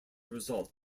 result